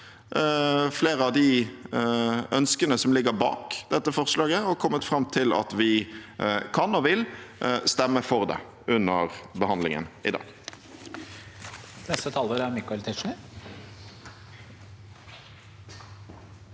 flere av de ønskene som ligger bak dette forslaget, og at vi kan og vil stemme for det under behandlingen i dag.